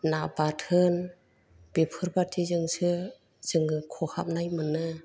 ना बाथोन बेफोरबादिजोंसो जोङो खहाबनाय मोनो